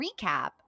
recap